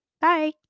Bye